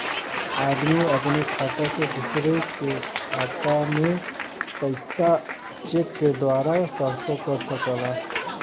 आदमी अपने खाता से दूसरे के खाता में पइसा चेक के द्वारा ट्रांसफर कर सकला